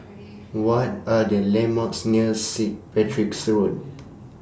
What Are The landmarks near Sit Patrick's Road